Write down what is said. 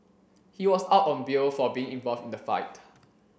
he was out on bail for being involved in the fight